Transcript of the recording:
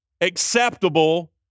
acceptable